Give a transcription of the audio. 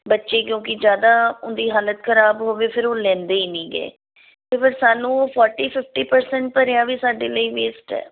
ਬੱਚੇ ਕਿਉਂਕਿ ਜ਼ਿਆਦਾ ਉਹਨਾਂ ਦੀ ਹਾਲਤ ਖਰਾਬ ਹੋਵੇ ਫਿਰ ਉਹ ਲੈਂਦੇ ਹੀ ਨਹੀਂ ਗੇ ਤਾਂ ਫਿਰ ਸਾਨੂੰ ਫੋਟੀ ਫਿਫਟੀ ਪਰਸੈਂਟ ਪਰ ਐਂ ਵੀ ਸਾਡੇ ਲਈ ਵੇਸਟ ਹੈ